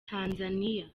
tanzania